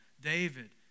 David